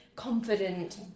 confident